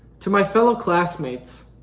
to my fellow classmates,